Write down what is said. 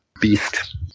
beast